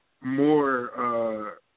more